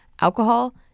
alcohol